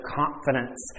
confidence